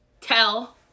Tell